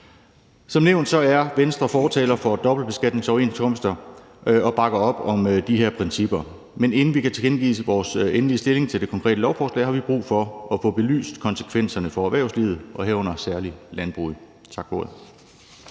Som nævnt er Venstre fortaler for dobbeltbeskatningsoverenskomster og bakker op om de her principper, men inden vi kan tilkendegive vores endelige stilling til det konkrete lovforslag, har vi brug for at få belyst konsekvenserne for erhvervslivet, herunder særlig landbruget. Tak for ordet.